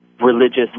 religious